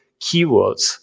keywords